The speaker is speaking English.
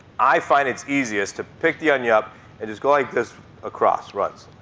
i find it's easiest to pick the onion up and just go like this across once,